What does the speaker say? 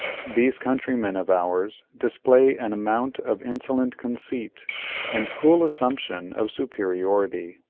these countrymen of ours display an amount of insolent conceit and cool assumption of superiority,